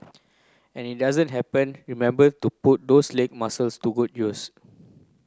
and it doesn't happen remember to put those leg muscles to good use